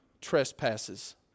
trespasses